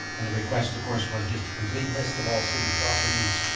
and the question of course was just a complete list of all city properties,